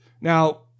Now